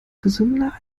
gesünder